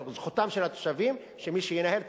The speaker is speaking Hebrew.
זכותם של התושבים היא שמי שינהל את